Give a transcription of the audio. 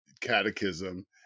catechism